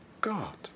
God